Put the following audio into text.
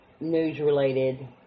news-related